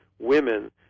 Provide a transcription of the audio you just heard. women